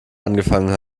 angefangen